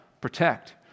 protect